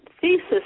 thesis